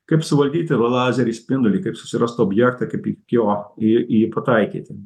kaip suvaldyti l lazerį spindulį kaip susirast objektą kaip iki jo į į pataikyti